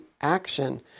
action